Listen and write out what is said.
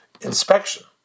inspection